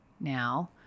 now